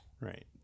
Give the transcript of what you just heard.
Right